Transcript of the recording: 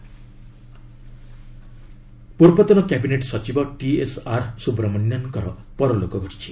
CS died ପୂର୍ବତନ cabinet ସଚିବ TSR Subramanian ଙ୍କର ପରଲୋକ ଘଟିଛି